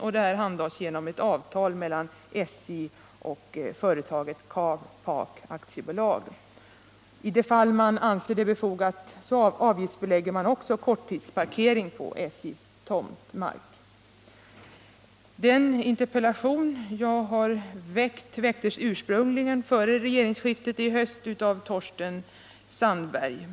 Verksamheten bedrivs genom avtal mellan SJ och företaget Car-Park AB. I de fall man anser det befogat avgiftsbelägger man också korttidsparkering på SJ:s tomtmark. Min interpellation väcktes ursprungligen före regeringsskiftet av min partikollega Torsten Sandberg.